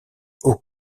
haut